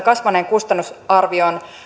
kasvaneen kustannusarvion